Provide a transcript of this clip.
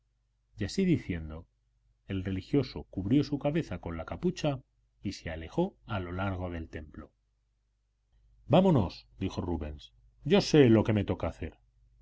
y así diciendo el religioso cubrió su cabeza con la capucha y se alejó a lo largo del templo vámonos dijo rubens yo sé lo que me toca hacer